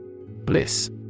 Bliss